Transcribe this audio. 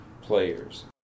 players